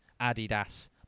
adidas